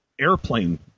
airplane